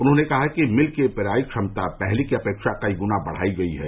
उन्होंने कहा कि मिल की पेराई क्षमता पहले की अपेक्षा कई ग्ना बढ़ाई गयी है